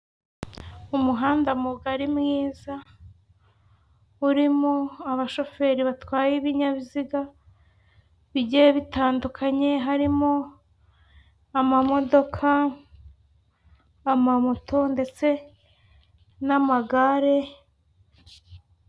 Umuhanda mugari mwiza urimo abashoferi batwaye ibinyabiziga bigiye bitandukanye harimo amamodoka, amamoto, ndetse n'amagare.